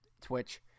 Twitch